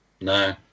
No